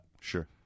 Sure